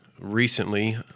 recently